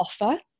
offer